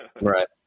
Right